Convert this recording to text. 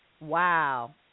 Wow